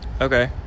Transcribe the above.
Okay